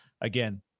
again